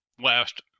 last